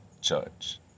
judge